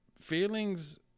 feelings